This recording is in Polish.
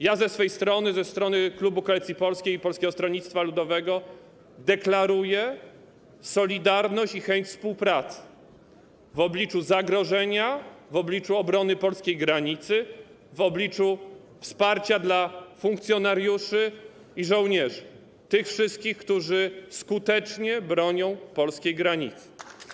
Ja ze swej strony, ze strony klubu Koalicji Polskiej, Polskiego Stronnictwa Ludowego deklaruję solidarność i chęć współpracy w obliczu zagrożenia, w obliczeniu obrony polskiej granicy, w obliczu wsparcia dla funkcjonariuszy i żołnierzy, tych wszystkich, którzy skutecznie bronią polskiej granicy.